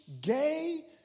gay